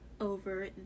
over